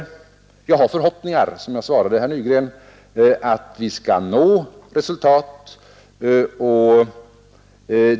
Som jag svarat herr Nygren hyser jag dock förhoppningar om att vi skall nå resultat.